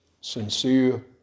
sincere